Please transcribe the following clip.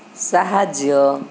ସାହାଯ୍ୟ